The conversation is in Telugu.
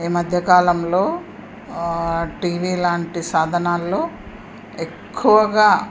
ఈ మధ్యకాలంలో టీవీ లాంటి సాధనాలాలో ఎక్కువగా